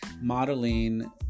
modeling